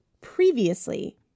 Previously